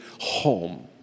home